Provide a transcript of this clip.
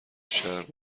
شرق